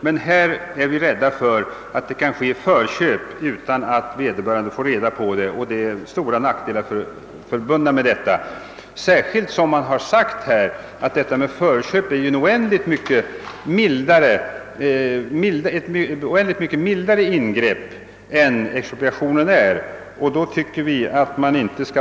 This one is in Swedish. Men enligt detta lagförslag skulle det, befarar vi, kunna ske ett förköp utan markägarens vetskap. Härmed är stora nackdelar förbundna, trots att det har sagts att förköp är ett oändligt mycket mildare ingrepp än en expropriation.